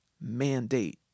mandate